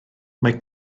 mae